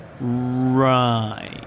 Right